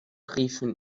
riefen